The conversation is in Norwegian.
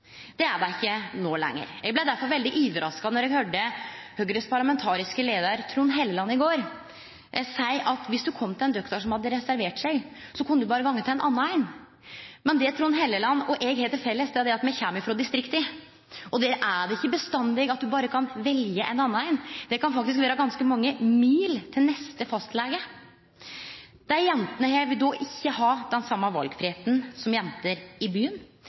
Det er dei ikkje no lenger. Eg blei derfor veldig overraska då eg høyrde Høgre sin parlamentariske leiar, Trond Helleland, i går seie at viss ein kom til ein doktor som hadde reservert seg, så kunne ein berre gå til ein annan. Men det Trond Helleland og eg har til felles, er at me kjem frå distrikta, og der er det ikkje bestandig slik at ein berre kan velje ein annan, det kan faktisk vere ganske mange mil til neste fastlege. Dei jentene her vil då ikkje ha den same valfridomen som jenter i byen.